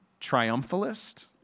triumphalist